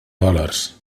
dòlars